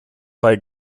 bei